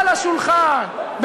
על השולחן,